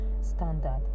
standard